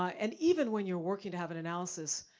and even when you're working to have an analysis,